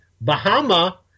Bahama